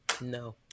no